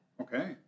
Okay